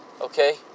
Okay